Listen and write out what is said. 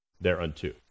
thereunto